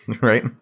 right